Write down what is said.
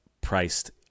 priced